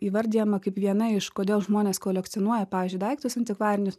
įvardijama kaip viena iš kodėl žmonės kolekcionuoja pavyzdžiui daiktus antikvarinius